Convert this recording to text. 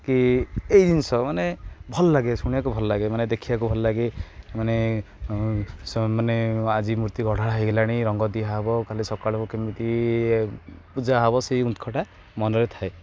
କି ଏଇ ଜିନିଷ ମାନେ ଭଲ ଲାଗେ ଶୁଣିବାକୁ ଭଲ ଲାଗେ ମାନେ ଦେଖିବାକୁ ଭଲ ଲାଗେ ମାନେ ମାନେ ଆଜି ମୂର୍ତ୍ତି ଗଢ଼ା ହେଇଗଲାଣି ରଙ୍ଗ ଦିଆହବ କାଲି ସକାଳୁୁ କେମିତି ପୂଜା ହବ ସେଇ ଉତ୍କଣ୍ଠା ମନରେ ଥାଏ